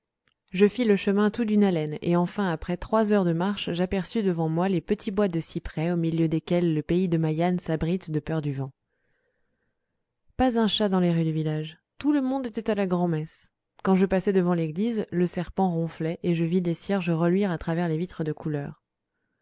je fis le chemin tout d'une haleine et enfin après trois heures de marche j'aperçus devant moi les petits bois de cyprès au milieu desquels le pays de maillane s'abrite de peur du vent pas un chat dans les rues du village tout le monde était à la grand'messe quand je passai devant l'église le serpent ronflait et je vis les cierges reluire à travers les vitres de couleur